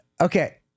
Okay